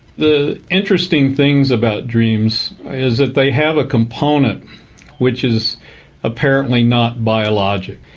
the interesting things about dreams is that they have a component which is apparently not biologic.